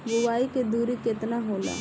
बुआई के दूरी केतना होला?